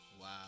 Wow